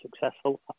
successful